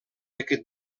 aquest